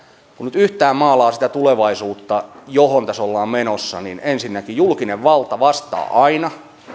kun nyt yhtään maalaa sitä tulevaisuutta johon tässä ollaan menossa niin ensinnäkin julkinen valta vastaa aina